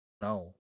No